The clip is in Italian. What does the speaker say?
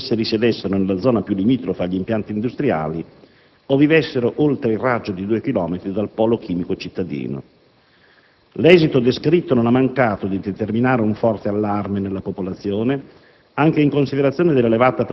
a prescindere dal fatto che esse risiedessero nella zona più limitrofa agli impianti industriali o vivessero oltre il raggio di due chilometri dal polo chimico cittadino. L'esito descritto non ha mancato di determinare un forte allarme nella popolazione,